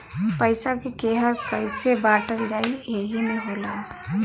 पइसा के केहर कइसे बाँटल जाइ एही मे होला